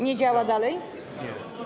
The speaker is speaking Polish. Nie działa dalej?